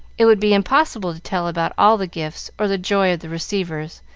it would be impossible to tell about all the gifts or the joy of the receivers,